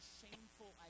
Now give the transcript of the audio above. shameful